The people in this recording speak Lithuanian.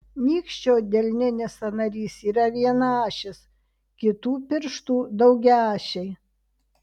nykščio delninis sąnarys yra vienaašis kitų pirštų daugiaašiai